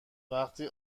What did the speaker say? وقتی